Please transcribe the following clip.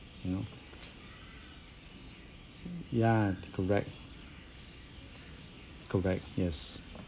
you know ya correct correct yes